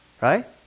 right